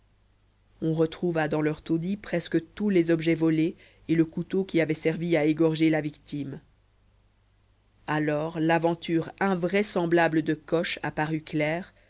on retrouva dans leur taudis presque tous les objets volés et le couteau qui avait servi à égorger la victime alors l'aventure invraisemblable de coche apparut